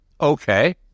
Okay